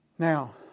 Now